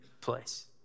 place